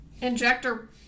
injector